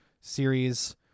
series